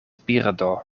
birdo